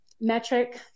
metric